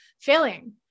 failing